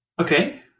Okay